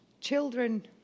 children